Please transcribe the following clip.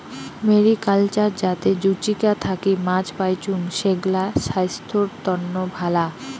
mariculture যাতে জুচিকা থাকি মাছ পাইচুঙ, সেগ্লা ছাইস্থ্যর তন্ন ভালা